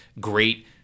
great